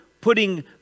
putting